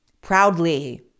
Proudly